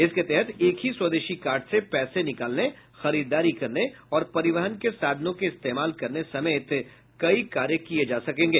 इसके तहत एक ही स्वदेशी कार्ड से पैसे निकालने खरीददारी करने और परिवहन के साधनों के इस्तेमाल करने समेत कई कार्य किये जा सकेंगे